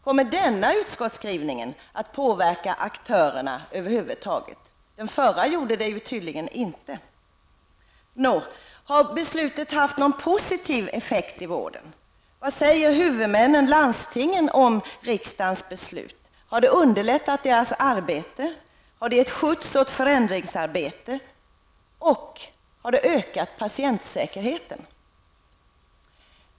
Kommer denna utskottsskrivning att påverka aktörerna över huvud taget? Den förra gjorde det tydligen inte. Har beslutet haft någon positiv effekt i vården? Vad säger huvudmännen, landstingen, om riksdagens beslut? Har det underlättat deras arbete? Har det gett skjuts åt förändringsarbetet och har det ökat patientsäkerheten?